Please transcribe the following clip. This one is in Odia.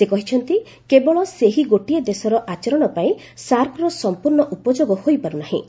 ସେ କହିଛନ୍ତି କେବଳ ସେହି ଗୋଟିଏ ଦେଶର ଆଚରଣ ପାଇଁ ସାର୍କର ସମ୍ପର୍ଣ୍ଣ ଉପଯୋଗ ହୋଇପାରୁ ନାହିଁ